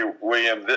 William